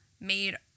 made